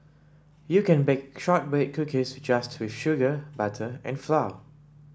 you can bake shortbread cookies just with sugar butter and flour